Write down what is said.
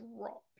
drop